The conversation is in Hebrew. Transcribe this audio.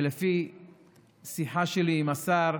ולפי שיחה שלי עם השר,